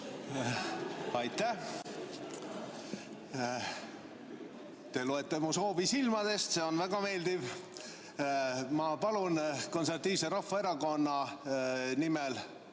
Aitäh! Te loete mu soovi silmadest. See on väga meeldiv. Ma palun Eesti Konservatiivse Rahvaerakonna nimel